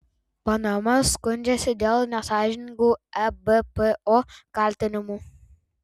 panama skundžiasi dėl nesąžiningų ebpo kaltinimų